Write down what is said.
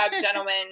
gentlemen